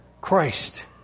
Christ